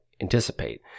anticipate